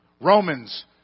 Romans